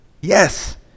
Yes